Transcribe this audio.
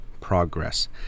progress